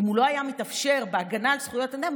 אם הוא לא היה מתאפשר להגנה על זכויות אדם,